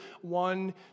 One